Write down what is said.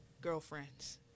girlfriends